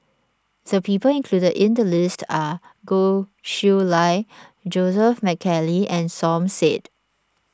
the people included in the list are Goh Chiew Lye Joseph McNally and Som Said